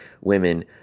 women